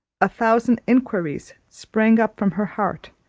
a thousand inquiries sprung up from her heart,